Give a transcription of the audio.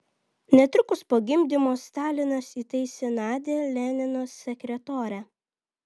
netrukus po gimdymo stalinas įtaisė nadią lenino sekretore